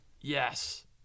Yes